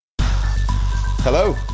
Hello